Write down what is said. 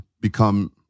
become